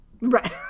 right